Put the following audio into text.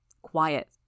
Quiet